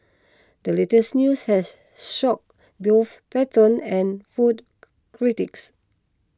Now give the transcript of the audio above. the latest news has shocked both patrons and food critics